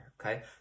okay